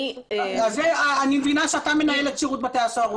אני מבינה שאתה מנהל את שירות בתי הסוהר.